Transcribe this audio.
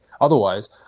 otherwise